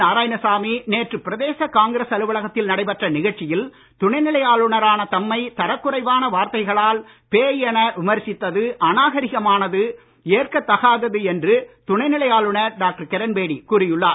நாராயணசாமி நேற்று பிரதேச காங்கிரஸ் அலுவலகத்தில் நடைபெற்ற நிகழ்ச்சியில் துணைநிலை ஆளுநரான தம்மை தரக்குறைவான வார்த்தைகளால் பேய் என விமர்சித்தது அநாகரிகமானது ஏற்கதகாதது என்று துணைநிலை ஆளுநர் டாக்டர் கிரண்பேடி கூறியுள்ளார்